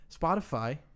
Spotify